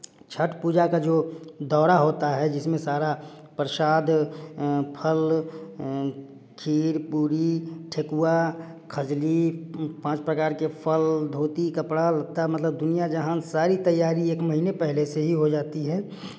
छठ पूजा का जो दौरा होता है जिसमें सारा प्रसाद फल खीर पूड़ी ठेकुआ खजली पांच प्रकार के फल धोती कपड़ा लत्ता मतलब दुनिया जहाँ सारी तैयारी एक महीने पहले से ही हो जाती है